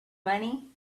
money